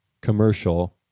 commercial